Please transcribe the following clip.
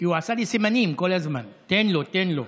כי הוא עשה סימנים כל הזמן: תן לו, תן לו.